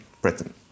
Britain